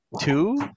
Two